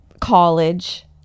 college